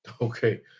okay